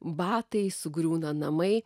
batai sugriūna namai